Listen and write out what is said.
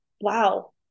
wow